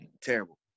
terrible